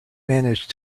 manage